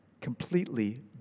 completely